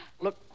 Look